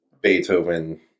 Beethoven